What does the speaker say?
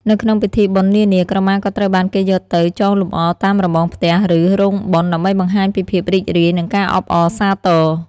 នៅក្នុងពិធីបុណ្យនានា ក្រមាក៏ត្រូវបានគេយកទៅ ចងលម្អតាមរបងផ្ទះ ឬរោងបុណ្យ ដើម្បីបង្ហាញពីភាពរីករាយ និងការអបអរសាទរ។